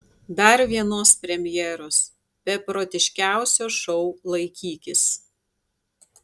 dar vienos premjeros beprotiškiausio šou laikykis